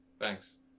thanks